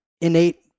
innate